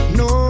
no